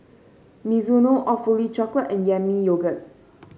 Mizuno Awfully Chocolate and Yami Yogurt